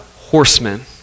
horsemen